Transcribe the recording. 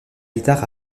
guitare